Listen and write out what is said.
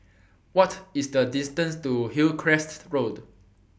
What IS The distance to Hillcrest Road